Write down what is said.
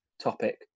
topic